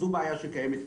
זו בעיה שקיימת.